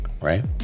Right